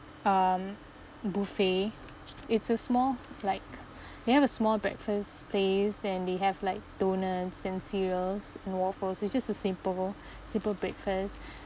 um buffet it's a small like you have a small breakfast place and then they have like donuts and cereals and waffles is just a simple simple breakfast